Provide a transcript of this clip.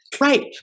Right